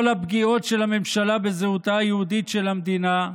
כל הפגיעות של הממשלה בזהותה היהודית של המדינה,